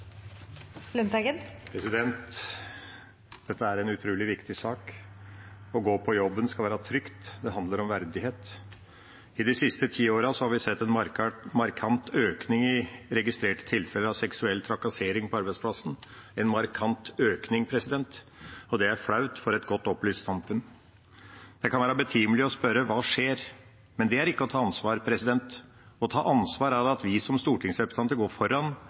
en utrolig viktig sak. Å gå på jobben skal være trygt, det handler om verdighet. I de siste ti årene har vi sett en markant økning i registrerte tilfeller av seksuell trakassering på arbeidsplassen – en markant økning – og det er flaut for et godt opplyst samfunn. Det kan være betimelig å spørre: Hva skjer? Men det er ikke å ta ansvar. Å ta ansvar er at vi som stortingsrepresentanter går foran,